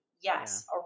Yes